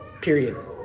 period